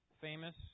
famous